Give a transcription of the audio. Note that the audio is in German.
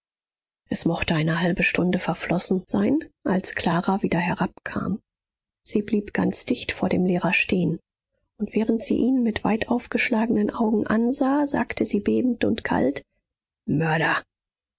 es mochte eine halbe stunde verflossen sein als clara wieder herabkam sie blieb ganz dicht vor dem lehrer stehen und während sie ihn mit weitaufgeschlagenen augen ansah sagte sie bebend und kalt mörder